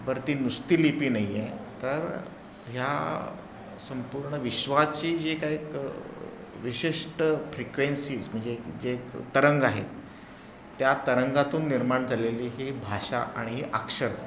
बरं ती नुसती लिपी नाही आहे तर ह्या संपूर्ण विश्वाची जी काही एक विशिष्ट फ्रिक्वेन्सीज म्हणजे जे एक तरंग आहेत त्या तरंगातून निर्माण झालेली ही भाषा आणि ही अक्षरं